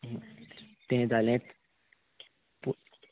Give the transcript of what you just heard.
तें जालेंत पू